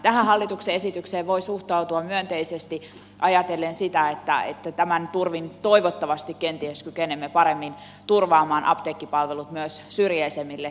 tähän hallituksen esitykseen voi suhtautua myönteisesti ajatellen sitä että tämän turvin toivottavasti kenties kykenemme paremmin turvaamaan apteekkipalvelut myös syrjäisemmille seuduille